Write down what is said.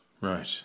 Right